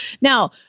Now